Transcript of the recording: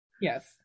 Yes